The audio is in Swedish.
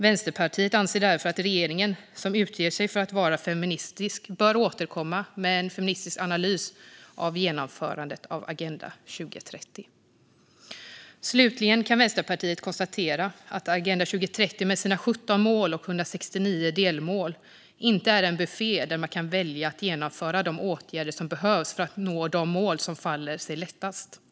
Vänsterpartiet anser därför att regeringen, som utger sig för att vara feministisk, bör återkomma med en feministisk analys av genomförandet av Agenda 2030. Vänsterpartiet kan konstatera att Agenda 2030 med sina 17 mål och 169 delmål inte är en buffé där man kan välja att genomföra de åtgärder som behövs för att nå de mål som faller sig lättast att nå.